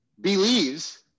believes